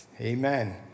Amen